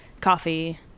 coffee